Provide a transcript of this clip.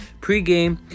pregame